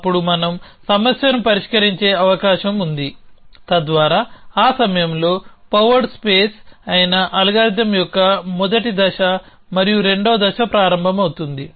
అప్పుడు మనం సమస్యను పరిష్కరించే అవకాశం ఉంది తద్వారా ఆ సమయంలో పవర్డ్ స్పేస్ అయిన అల్గోరిథం యొక్క మొదటి దశ మరియు రెండవ దశ ప్రారంభమవుతుంది